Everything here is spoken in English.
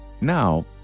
now